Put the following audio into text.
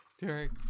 Derek